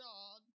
God